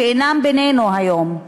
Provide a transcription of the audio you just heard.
שאינם בינינו היום,